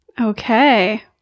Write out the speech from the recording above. Okay